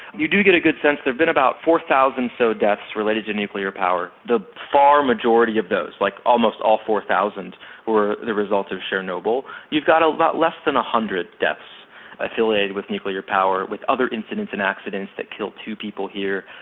you do get a good sense there's been about four thousand or so deaths related to nuclear power. the far majority of those like almost all four thousand were the result of chernobyl. you've got a lot less than one hundred deaths affiliated with nuclear power with other incidents and accidents that killed two people here,